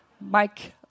Mike